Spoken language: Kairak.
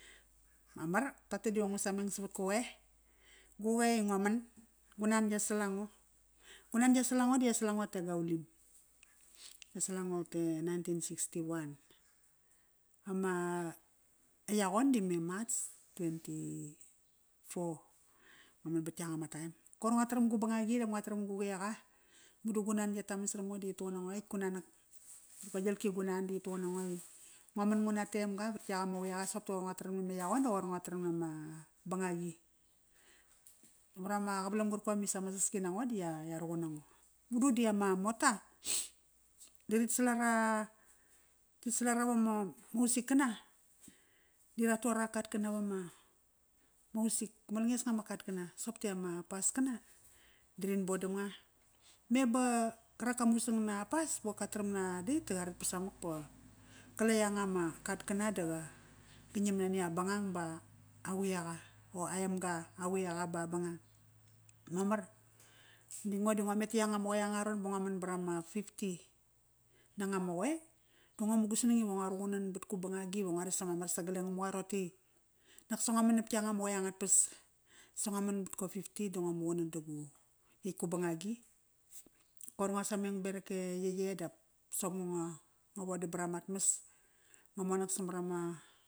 Mamar, toqote diva ngu sameng savat gu qoe. Gu qoe i ngo man. Gu nan ia salango. Gu nan ya salango di ya salango ete Gaulim. Ya salango vat e nineteen sixty-one. Ama yaqon dime March twenty-four. Ngo man vat ianga ma taem. Koir ngua taram gu bangagi dap ngo taram gu quiaqa. Madu gu nan ia taman saram ngo di yi tuqun nango i ngo man nguna temga vat iak ama quiaqa soqop di qoir ngua taram name yagom da qoir ngua taram nama bangagi. Varama qavalam qarkom isa ma saski nango di ia ruqun nango. Madu di ama mota da ritsal ara titsal ara vama usikana di ra tu ara katkana vama house sick ma langesnga ma katkkana. Soqop di ama paskana da rin bodamnga. Me ba qarak ka musang na pas, ba qoir kataram na date da qaret ba samak ba qala ianga ma katkana da qa ngiam nani a bangang ba quiaqa. O Aemga a quiaqa ba dangdang. Mamar, natk ngo di ngo meti yanga ma qoe angararon ba ngua man barama fifty nanga ma qoe, da ngo mugu sanang ive ngua res ama mar sagal e Ngamuqa roqote i naksa ngo man nap ianga ma qoe angat pas. Sa ngo man vat gu fifty da ngua muqunan dagu ietk gu bangagi Koir ngua sameng berak e yeye dap soqop ngo nga vodam vat amat mas. Ngo monak samat ama